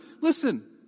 listen